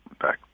back